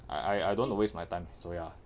I I don't want to waste my time so ya